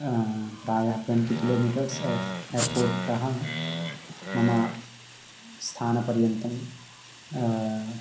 प्रायः twenty kilometres एषः airport तः मम स्थानपर्यन्तं